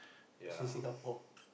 in Singapore